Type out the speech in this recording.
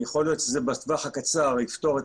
יכול להיות שבטווח הקצר זה יפתור את